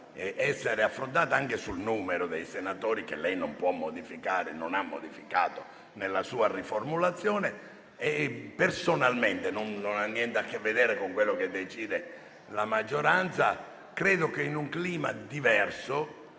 essere affrontata anche sul numero dei senatori, che lei non può modificare e non ha modificato nella sua riformulazione. Personalmente, ma ciò non ha niente a che vedere con quello che decide la maggioranza, in un clima diverso